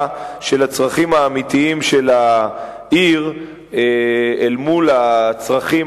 של הצרכים האמיתיים של העיר אל מול הצרכים